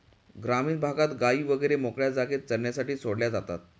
ग्रामीण भागात गायी वगैरे मोकळ्या जागेत चरण्यासाठी सोडल्या जातात